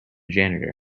janitor